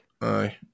aye